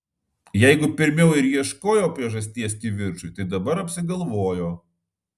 jeigu pirmiau ir ieškojo priežasties kivirčui tai dabar apsigalvojo